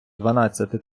дванадцяти